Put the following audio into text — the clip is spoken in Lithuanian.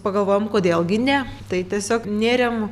pagalvojom kodėl gi ne tai tiesiog nėrėm